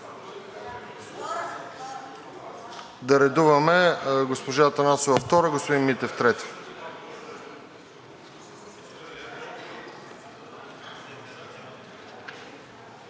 Да редуваме – госпожа Атанасова с втора, господин Митев с трета.